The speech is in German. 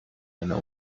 einer